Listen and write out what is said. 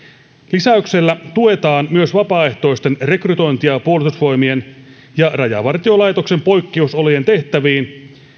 lisäyksellä tuetaan myös vapaaehtoisten rekrytointia puolustusvoimien ja rajavartiolaitoksen poikkeusolojen tehtäviin